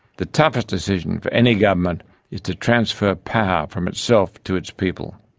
the toughest decision for any government is to transfer power from itself to its people.